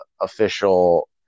official